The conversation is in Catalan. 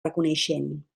reconeixent